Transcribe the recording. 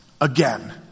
again